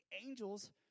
angels